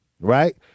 right